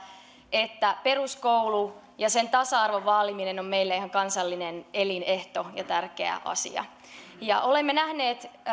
että peruskoulu ja sen tasa arvon vaaliminen on meille ihan kansallinen elinehto ja tärkeä asia olemme nähneet